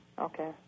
Okay